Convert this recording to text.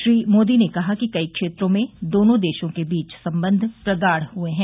श्री मोदी ने कहा कि कई क्षेत्रों में दोनों देशों के बीच संबंध प्रगाढ़ हुए हैं